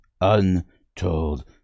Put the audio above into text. untold